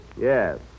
Yes